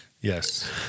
Yes